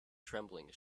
trembling